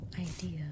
idea